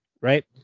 right